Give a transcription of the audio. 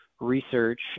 research